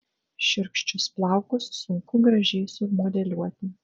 šiurkščius plaukus sunku gražiai sumodeliuoti